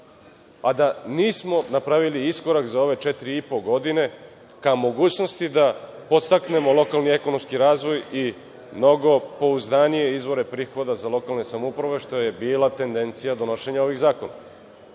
a da nismo napravili za ove četiri i po godine ka mogućnosti da podstaknemo lokalni ekonomski razvoj i mnogo pouzdanije izvore prihoda za lokalne samouprave, što je bila tendencija donošenja ovih zakona. Mi